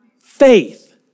Faith